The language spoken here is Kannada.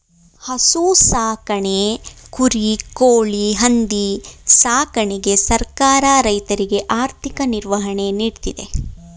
ಹಸು ಸಾಕಣೆ, ಕುರಿ, ಕೋಳಿ, ಹಂದಿ ಸಾಕಣೆಗೆ ಸರ್ಕಾರ ರೈತರಿಗೆ ಆರ್ಥಿಕ ನಿರ್ವಹಣೆ ನೀಡ್ತಿದೆ